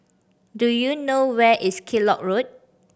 do you know where is Kellock Road